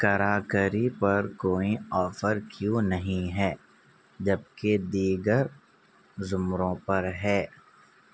crockery پر کوئی offer کیوں نہیں ہے جب کہ دیگر زمروں پر ہے